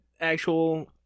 actual